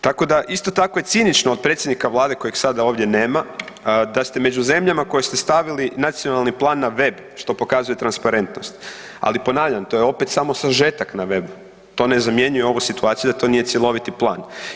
Tako da isto tako je cinično od predsjednika Vlade kojeg sada ovdje nema da ste među zemljama koje ste stavili nacionalni plan na web što pokazuje transparentnost, ali ponavljam to je opet samo sažetak na webu, to ne zamjenjuje ovu situaciju da to nije cjeloviti plan.